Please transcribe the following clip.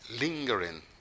Lingering